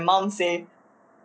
you know what my mom say my mom say